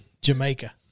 Jamaica